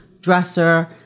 dresser